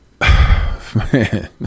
Man